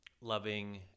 loving